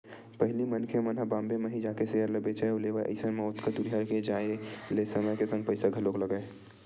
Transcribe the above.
पहिली मनखे मन ह बॉम्बे म ही जाके सेयर ल बेंचय अउ लेवय अइसन म ओतका दूरिहा के जाय ले समय के संग पइसा घलोक लगय